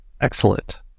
excellent